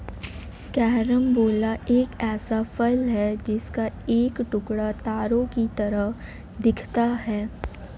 carambola एक ऐसा फल है जिसका एक टुकड़ा तारों की तरह दिखता है